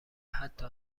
حتی